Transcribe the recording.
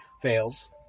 fails